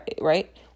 right